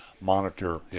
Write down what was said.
monitor